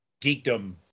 geekdom